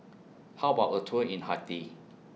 How about A Tour in Haiti